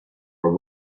are